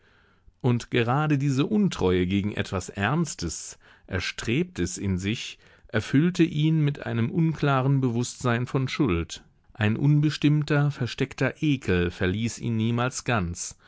und gerade diese untreue gegen etwas ernstes erstrebtes in sich erfüllte ihn mit einem unklaren bewußtsein von schuld ein unbestimmter versteckter ekel verließ ihn niemals ganz